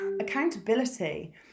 accountability